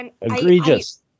egregious